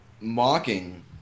mocking